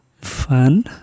fun